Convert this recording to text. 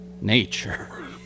nature